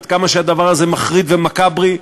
עד כמה שהדבר הזה מחריד ומקאברי,